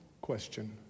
question